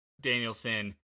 Danielson